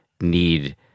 need